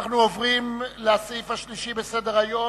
אנחנו עוברים לסעיף השלישי בסדר-היום: